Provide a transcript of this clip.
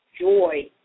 joy